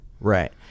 Right